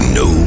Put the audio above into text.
no